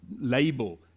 label